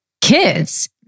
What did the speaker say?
kids